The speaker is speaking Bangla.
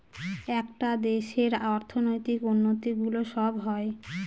একটা দেশের অর্থনৈতিক উন্নতি গুলো সব হয়